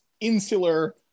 insular